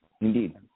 Indeed